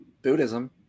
Buddhism